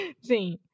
Sim